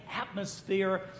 atmosphere